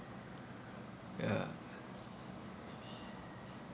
ya